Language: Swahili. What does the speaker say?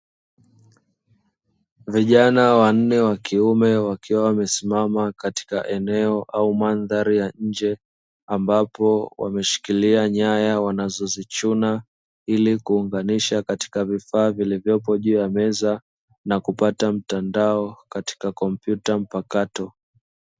Vijana wanne wa kiume wakiwa wamesimama katika eneo au mandhari ya nje ambapo wameshikilia nyaya wanazozichuna ili kuunganisha katika vifaa vilivyopo juu ya meza na kupata mtandao katika kompyuta mpakato.